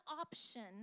option